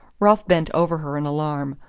ralph bent over her in alarm.